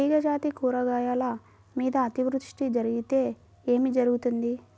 తీగజాతి కూరగాయల మీద అతివృష్టి జరిగితే ఏమి జరుగుతుంది?